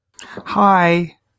Hi